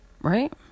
Right